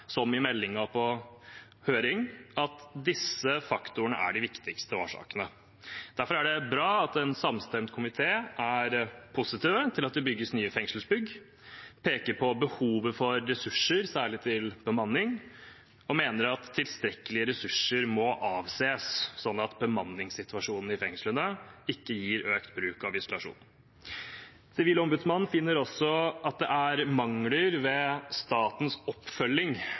som i meldingen på høring, at disse faktorene er de viktigste årsakene. Derfor er det bra at en samstemt komité er positiv til at det bygges nye fengselsbygg, peker på behovet for ressurser, særlig til bemanning, og mener at tilstrekkelige ressurser må avses, sånn at bemanningssituasjonen i fengslene ikke gir økt bruk av isolasjon. Sivilombudsmannen finner også at det er mangler ved statens oppfølging